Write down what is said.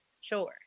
sure